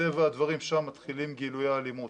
מטבע הדברים שם מתחילים גילויי האלימות.